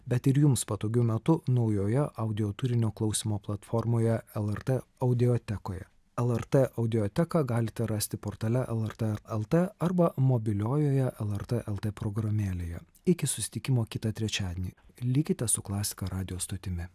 bet ir jums patogiu metu naujoje audio turinio klausymo platformoje lrt audiotekoje lrt audioteką galite rasti portale lrt el t arba mobiliojoje lrt el t programėlėje iki susitikimo kitą trečiadienį likite su klasika radijo stotimi